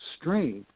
strength